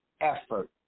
effort